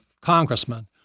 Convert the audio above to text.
congressman